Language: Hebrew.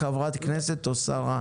חברת כנסת או שרה.